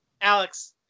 Alex